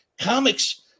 comics